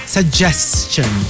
Suggestion